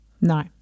no